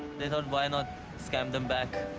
they thought, why not scam them back?